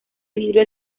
vidrio